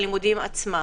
הלימודים עצמם.